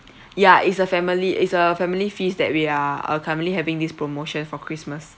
ya it's a family it's a family feast that we are are currently having this promotion for christmas